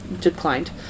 declined